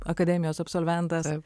akademijos absolventas